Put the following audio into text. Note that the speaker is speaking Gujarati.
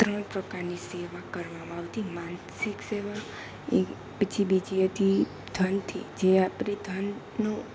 ત્રણ પ્રકારની સેવા કરવામાં આવતી માનસિક સેવા પછી બીજી હતી ધનથી જે આપણે ધનનો